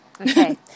okay